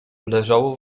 leżało